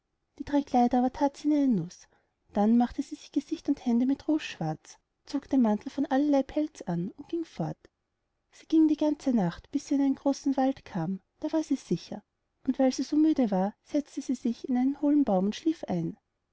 die drei kleider aber that sie in eine nuß dann machte sie sich gesicht und hände mit ruß schwarz zog den mantel von allerlei pelz an und ging fort sie ging die ganze nacht bis sie in einen großen wald kam da war sie sicher und weil sie so müd war setzte sie sich in einen holen baum und schlief ein